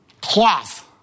cloth